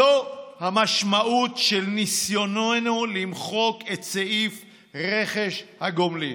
זאת המשמעות של ניסיוננו למחוק את סעיף רכש הגומלין.